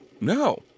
No